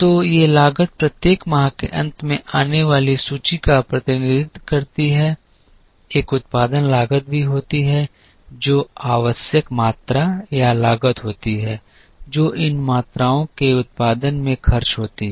तो ये लागत प्रत्येक माह के अंत में आने वाली सूची का प्रतिनिधित्व करती है एक उत्पादन लागत भी होती है जो आवश्यक मात्रा या लागत होती है जो इन मात्राओं के उत्पादन में खर्च होती है